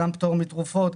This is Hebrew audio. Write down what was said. פטור מתרופות,